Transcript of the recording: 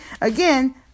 again